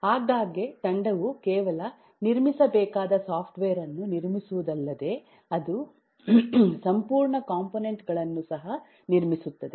ಆಗಾಗ್ಗೆ ತಂಡವು ಕೇವಲ ನಿರ್ಮಿಸಬೇಕಾದ ಸಾಫ್ಟ್ವೇರ್ ಅನ್ನು ನಿರ್ಮಿಸುವುದಲ್ಲದೇ ಆದರೆ ಅದು ಸಂಪೂರ್ಣ ಕಾಂಪೋನೆಂಟ್ ಗಳನ್ನು ಸಹ ನಿರ್ಮಿಸುತ್ತದೆ